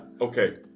Okay